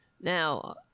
Now